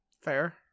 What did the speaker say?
Fair